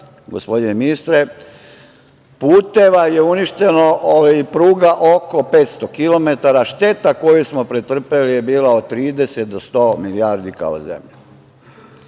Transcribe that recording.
gospodine ministre, puteva je uništeno, pruga, oko 500 kilometara. Šteta koju smo pretrpeli je bila od 30 do 100 milijardi kao zemlja. Kao